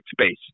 space